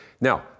now